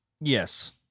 Yes